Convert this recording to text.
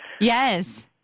Yes